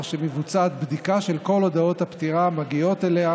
שמבוצעת בדיקה של כל הודעות הפטירה המגיעות אליה,